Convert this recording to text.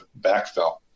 backfill